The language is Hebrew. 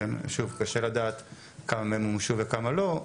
שוב קשה לדעת כמה מהם מומשו וכמה לא,